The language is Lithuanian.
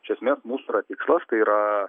iš esmės mūsų yra tikslas tai yra